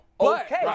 Okay